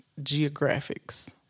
geographics